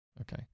Okay